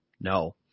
No